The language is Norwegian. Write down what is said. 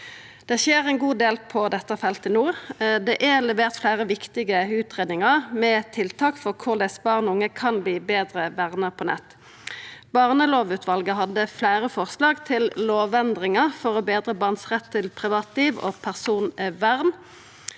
Det skjer ein god del på dette feltet no. Det er levert fleire viktige utgreiingar med tiltak for korleis barn og unge kan verta betre verna på nett. Barnelovutvalet hadde fleire forslag til lovendringar for å betra barn sin rett til privatliv og personvern.